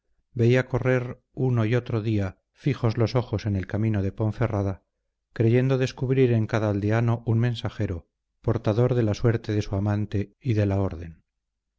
temor veía correr uno y otro día fijos los ojos en el camino de ponferrada creyendo descubrir en cada aldeano un mensajero portador de la suerte de su amante y de la orden